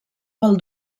pel